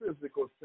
physical